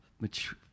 mature